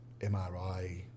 MRI